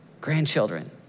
grandchildren